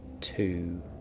two